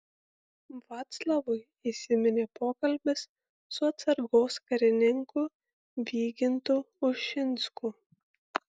vaclavui įsiminė pokalbis su atsargos karininku vygintu ušinsku